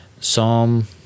Psalm